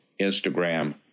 Instagram